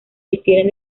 difieren